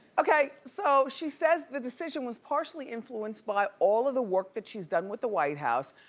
okay, so she says the decision was partially influenced by all of the work that she's done with the white house.